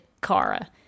Kara